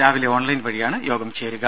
രാവിലെ ഓൺലൈൻ വഴിയാണ് യോഗം ചേരുക